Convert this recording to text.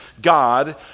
God